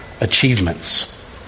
achievements